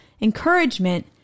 encouragement